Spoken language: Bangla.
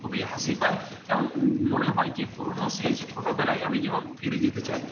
খুবই হাসি পায় এবং মনে হয় যে পুরোনো সেই ছোটোবেলায় আমি যেমন ফিরে যেতে চাই